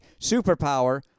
superpower